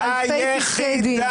הכול באופן יחסי.